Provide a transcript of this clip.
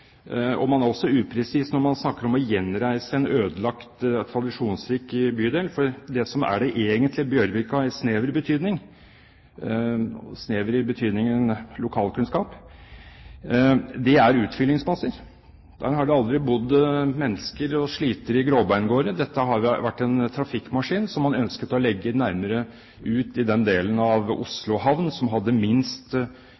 også upresis når man snakker om å gjenreise en ødelagt tradisjonsrik bydel, for det som er det egentlige Bjørvika – i snever betydning, ut fra lokalkunnskap – det er utfyllingsmasser. Der har det aldri bodd mennesker og slitere i gråbeingårder. Det har vært en trafikkmaskin som man ønsket å legge nærmere ut i den delen av